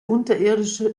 unterirdische